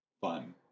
fun